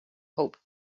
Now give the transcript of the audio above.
hoped